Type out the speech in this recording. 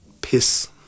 piss